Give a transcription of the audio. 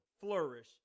flourish